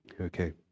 Okay